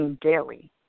daily